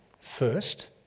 first